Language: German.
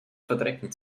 verdrecken